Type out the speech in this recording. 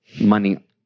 money